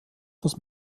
dass